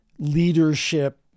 leadership